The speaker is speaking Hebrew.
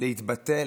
להתבטא,